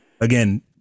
again